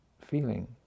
feeling